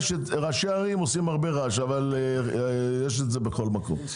ראשי ערים עושים הרבה רעש אבל יש את זה בכל מקום.